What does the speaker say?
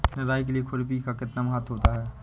निराई के लिए खुरपी का कितना महत्व होता है?